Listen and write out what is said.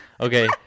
okay